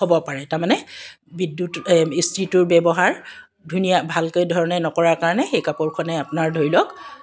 হ'ব পাৰ তাৰমানে বিদ্যুত ইস্ত্ৰিটোৰ ব্যৱহাৰ ধুনীয়া ভালকৈ ধৰণে নকৰাৰ কাৰণে সেই কাপোৰখনে আপোনাৰ ধৰি লওক